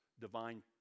divine